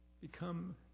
become